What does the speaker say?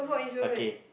okay